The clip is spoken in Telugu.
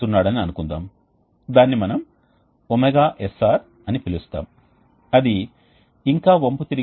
కాబట్టి మేము అలా చేస్తే ఈ విషయాలన్నింటినీ సమం చేయవచ్చు మొత్తం మూడు ఉష్ణ బదిలీ రేట్లను సమం చేయవచ్చు మరియు మనం కూడా ఊహించవచ్చు